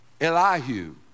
Elihu